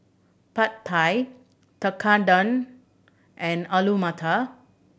Pad Thai Tekkadon and Alu Matar